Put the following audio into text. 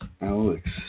Alex